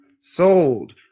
Sold